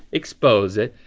expose it,